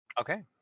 Okay